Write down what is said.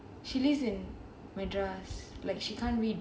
she lives in madras like she can't read boards